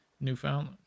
Newfoundland